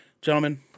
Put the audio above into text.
gentlemen